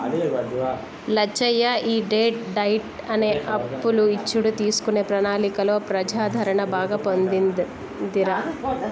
లచ్చయ్య ఈ debt diet అనే అప్పులు ఇచ్చుడు తీసుకునే ప్రణాళికలో ప్రజాదరణ బాగా పొందిందిరా